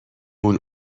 اون